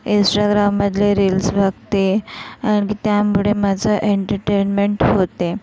इन्स्टाग्राममधले reels बघते आणखी त्यामुळे माझं एन्टरटेन्मेंट होते